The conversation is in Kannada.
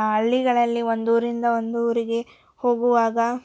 ಹಳ್ಳಿಗಳಲ್ಲಿ ಒಂದೂರಿಂದ ಒಂದೂರಿಗೆ ಹೋಗುವಾಗ